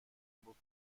بود